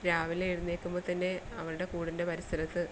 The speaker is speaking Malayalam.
രാവിലെ എഴുന്നേൽക്കുമ്പം തന്നെ അവരുടെ കൂടിൻ്റെ പരിസരത്ത്